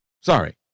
Sorry